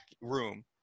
room